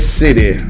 city